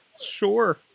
sure